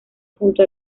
junto